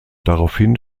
daraufhin